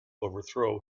overthrow